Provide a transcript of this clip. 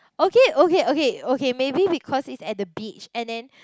okay okay okay okay maybe because it's at the beach and then